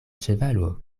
ĉevalo